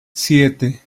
siete